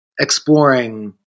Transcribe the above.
exploring